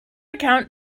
account